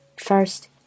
First